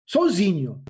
Sozinho